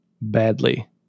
badly